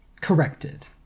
corrected